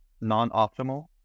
non-optimal